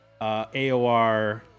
AOR